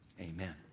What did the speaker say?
amen